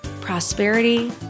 prosperity